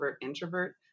introvert